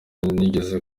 nigeze